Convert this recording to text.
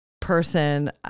person